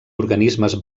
organismes